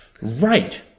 right